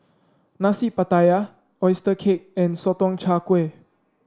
Nasi Pattaya oyster cake and Sotong Char Kway